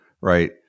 right